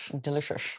Delicious